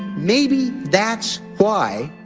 maybe that's why